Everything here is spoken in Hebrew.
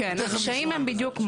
כן, הקשיים הם בדיוק.